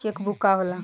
Check book का होला?